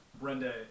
Brenda